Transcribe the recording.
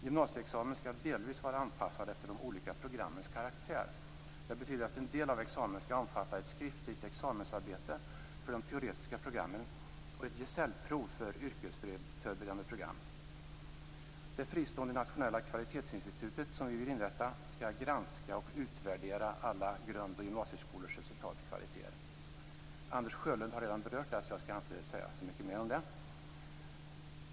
Gymnasieexamen skall delvis vara anpassad efter de olika programmens karaktär. Det betyder att en del av examen skall omfatta ett skriftligt examensarbete för de teoretiska programmen och ett gesällprov för yrkesförberedande program. Det fristående nationella kvalitetsinstitutet som vi vill inrätta skall granska och utvärdera alla grund och gymnasieskolors resultat och kvaliteter. Anders Sjölund har redan berört den frågan, och jag skall inte säga så mycket mer om det.